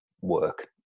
work